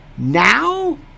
Now